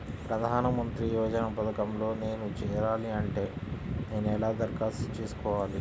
ప్రధాన మంత్రి యోజన పథకంలో నేను చేరాలి అంటే నేను ఎలా దరఖాస్తు చేసుకోవాలి?